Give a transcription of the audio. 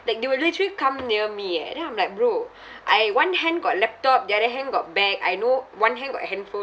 like they will literally come near me eh then I'm like bro I one hand got laptop the other hand got bag I know one hand got handphone